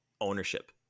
ownership